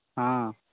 हँ